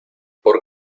por